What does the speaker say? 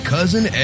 Cousin